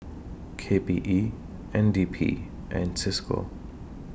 K P E N D P and CISCO